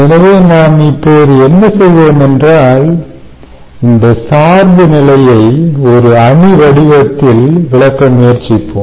எனவே நாம் இப்போது என்ன செய்வோம் என்றால் இந்த சார்பு நிலையை ஒரு அணி வடிவத்தில் விளக்க முயற்சிப்போம்